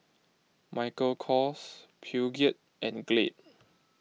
Michael Kors Peugeot and Glade